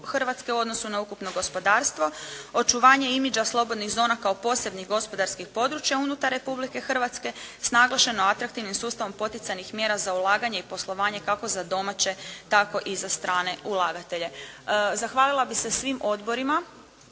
Hrvatske u odnosu na ukupno gospodarstvo. Očuvanje imidža slobodnih zona kao posebnih gospodarskih područja unutar Republike Hrvatske s naglašeno atraktivnim sustavom poticajnih mjera za ulaganje i poslovanje kako za domaće tako i za strane ulagatelje. Zahvalila bih se svim odborima